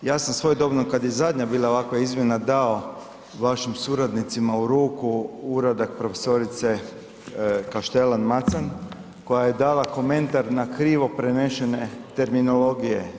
Ja sam svojedobno kad je zadnja bila ovakva izmjena dao vašim suradnicima u ruku uradak profesorice Kaštelan Macan koja je dala komentar na krivo prenešene terminologije.